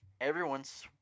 everyone's